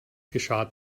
geschah